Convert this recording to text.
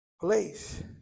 place